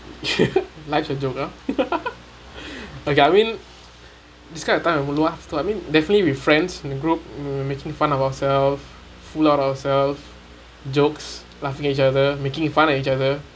you life of yoga okay I mean this kind of time I would laugh for I mean definitely we friends in a group we making fun of ourselves fool out ourselves jokes laughing each other making fun of each other